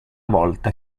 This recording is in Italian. volta